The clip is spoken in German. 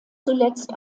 zuletzt